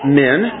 men